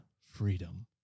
freedom